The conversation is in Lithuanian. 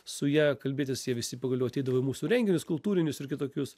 su ja kalbėtis jie visi pagaliau ateidavo į mūsų renginius kultūrinius ir kitokius